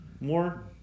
more